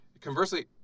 conversely